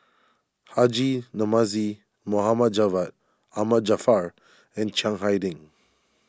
Haji Namazie Mohd Javad Ahmad Jaafar and Chiang Hai Ding